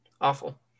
Awful